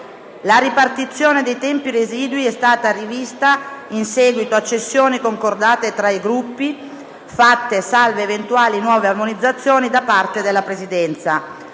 La ripartizione dei tempi residui è stata rivista in seguito a cessioni concordate tra i Gruppi, fatte salve eventuali nuove armonizzazioni da parte della Presidenza.